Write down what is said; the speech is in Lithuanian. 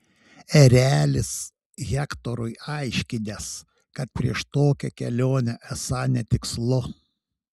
erelis hektorui aiškinęs kad prieš tokią kelionę esą netikslu